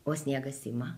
o sniegas ima